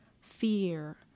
fear